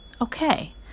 Okay